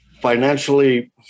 financially